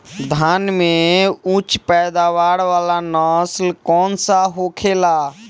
धान में उच्च पैदावार वाला नस्ल कौन सा होखेला?